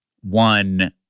one